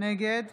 נגד